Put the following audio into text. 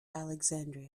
alexandria